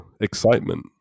excitement